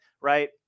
right